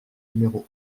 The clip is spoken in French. numéro